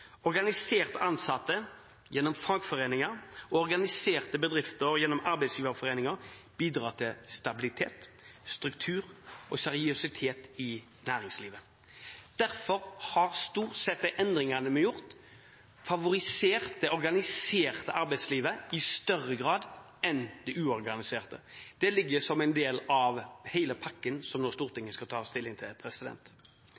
Organiserte ansatte gjennom fagforeninger og organiserte bedrifter gjennom arbeidsgiverforeninger bidrar til stabilitet, struktur og seriøsitet i næringslivet. Derfor har de endringene vi har gjort, stort sett favorisert det organiserte arbeidslivet i større grad enn det uorganiserte. Det ligger som en del av hele pakken som Stortinget nå skal ta stilling til.